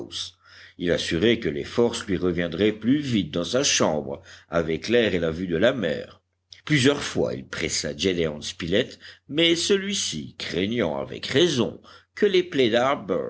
il assurait que les forces lui reviendraient plus vite dans sa chambre avec l'air et la vue de la mer plusieurs fois il pressa gédéon spilett mais celui-ci craignant avec raison que les plaies